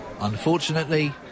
Unfortunately